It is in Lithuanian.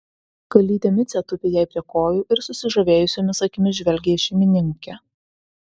kalytė micė tupi jai prie kojų ir susižavėjusiomis akimis žvelgia į šeimininkę